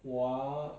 also you won't